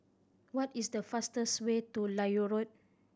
what is the fastest way to Lloyd Road